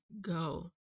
go